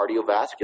cardiovascular